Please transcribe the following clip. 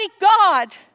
God